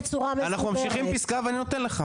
אנחנו ממשיכים פסקה ואני נותן לך,